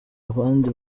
abandi